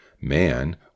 Man